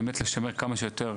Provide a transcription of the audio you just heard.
באמת לשמר כמה שיותר,